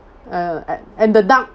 uh and the duck